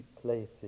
places